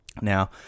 Now